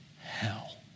hell